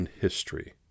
history